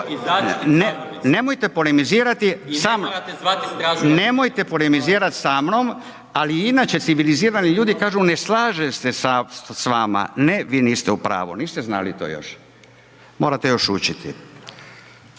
nemojte polemizirati sa mnom, ali inače civilizirani ljudi kažu ne slažem se sa vama, ne vi niste u pravu. Niste znali to još? Morate još učiti.